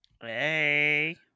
Hey